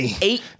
eight